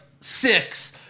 six